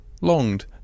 Longed